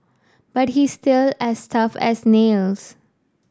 but he's still as tough as nails